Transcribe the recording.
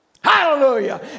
Hallelujah